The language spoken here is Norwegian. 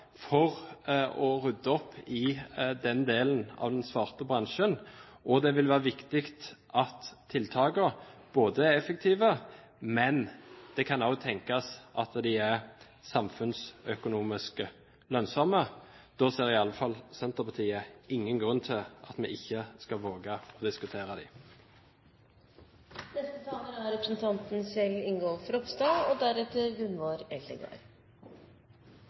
for å rydde opp i den delen av den svarte bransjen. Det vil være viktig at tiltakene er effektive, men det kan også tenkes at de er samfunnsøkonomisk lønnsomme. Da ser i alle fall ikke Senterpartiet noen grunn til at vi ikke skal våge å diskutere dem. Først vil jeg også få lov til å takke interpellanten for å ha reist en viktig problemstilling og